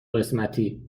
قسمتی